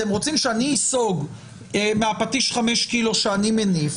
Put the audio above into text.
אתם רוצים שאני ייסוג מפטיש 5 קילו שאני מניף,